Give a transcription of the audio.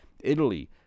Italy